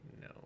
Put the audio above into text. no